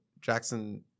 Jackson